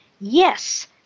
Yes